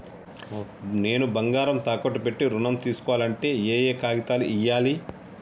నేను బంగారం తాకట్టు పెట్టి ఋణం తీస్కోవాలంటే ఏయే కాగితాలు ఇయ్యాలి?